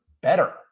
better